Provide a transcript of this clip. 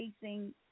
facing